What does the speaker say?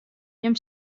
jim